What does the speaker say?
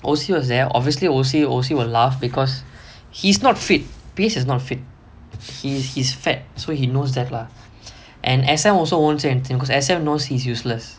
O_C was there obviously O_C O_C will laugh because he's not fit P_S is not fit he's he's fat so he knows that lah and S_M also won't say anything because S_M know he useless